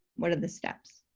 what are the steps?